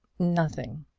nothing!